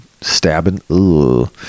stabbing